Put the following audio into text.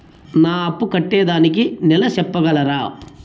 నా అప్పు కట్టేదానికి నెల సెప్పగలరా?